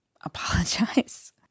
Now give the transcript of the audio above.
apologize